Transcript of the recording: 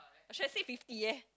I should have said fifty eh